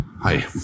Hi